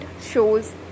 shows